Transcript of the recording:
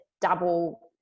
double